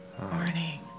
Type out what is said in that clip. Morning